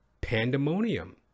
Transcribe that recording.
pandemonium